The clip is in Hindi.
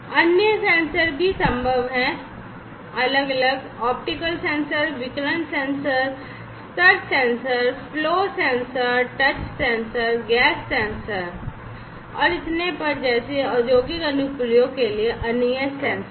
अन्य सेंसर भी संभव हैं अलग ऑप्टिकल सेंसर विकिरण सेंसर स्तर sensor flow sensor touch sensor gas sensor और इतने पर जैसे औद्योगिक अनुप्रयोगों के लिए अन्य सेंसर